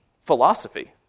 philosophy